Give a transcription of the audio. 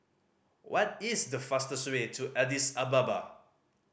what is the fastest way to Addis Ababa